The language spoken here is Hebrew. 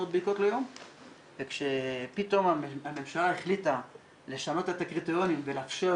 הקטגוריה של כספים יש 8 קטיגוריות משנה שאנחנו קוראים להם נושאים.